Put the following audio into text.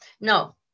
No